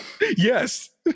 Yes